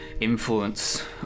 influence